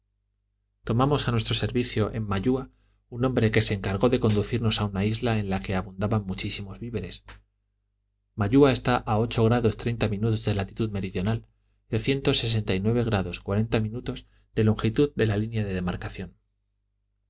tomamos a nuestro servicio en mailua un hombre que se encargó de conducirnos a una isla en la que abundaban muchísimos víveres mailua está a grados treinta minutos de latitud meridional de cuarenta minutos de longitud de la línea de demarcación